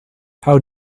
how